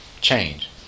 change